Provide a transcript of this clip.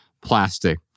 plastic